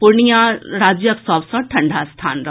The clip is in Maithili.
पूर्णिया राज्यक सभ सँ ठंडा स्थान रहल